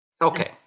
Okay